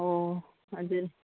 ꯑꯣ ꯑꯗꯨꯅꯤ